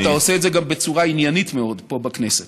ואתה עושה את זה גם בצורה עניינית מאוד פה בכנסת.